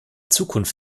zukunft